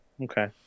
Okay